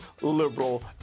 liberal